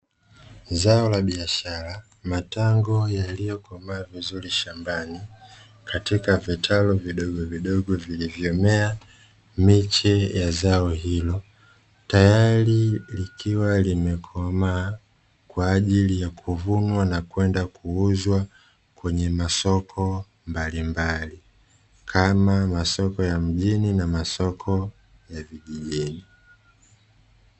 Zao la biashara. Matango yaliyokomaa vizuri mashambani katika vitalu vidogovidogo vilivyomea miche ya zao hilo, tayari likiwa limekomaa kwa ajili ya kuvunwa na kwenda kuuzwa kwenye masoko mbalimbali kama masoko ya mjini na masoko ya vijijini.